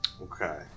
Okay